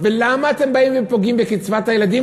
ולמה אתם באים ופוגעים בקצבת הילדים,